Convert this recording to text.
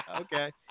okay